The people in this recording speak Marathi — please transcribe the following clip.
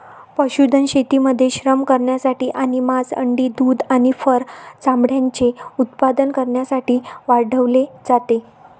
पशुधन शेतीमध्ये श्रम करण्यासाठी आणि मांस, अंडी, दूध आणि फर चामड्याचे उत्पादन करण्यासाठी वाढवले जाते